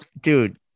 dude